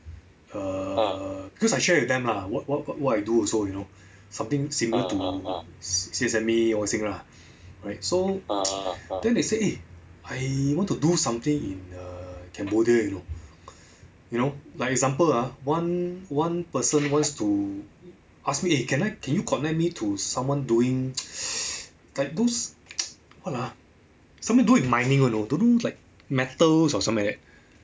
err cause I share with them lah wh~ wh~ what I do also you know something similar to since and me all this thing lah so then they say eh you want to do something in err cambodia you know like example ah one one person wants to ask me can I can you connect me to someone doing that those what ah something to do with mining you know don't know like metals or something like that